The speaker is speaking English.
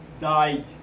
died